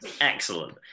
excellent